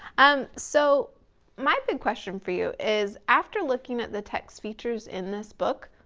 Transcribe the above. um so my big question for you is, after looking at the text features in this book,